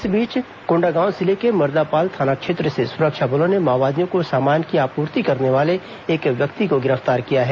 इस बीच कोंडागांव जिले के मर्दापाल थाना क्षेत्र से सुरक्षा बलों ने माओवादियों को सामान की आपूर्ति करने वाले एक व्यक्ति को गिरफ्तार किया है